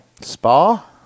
Spa